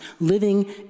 living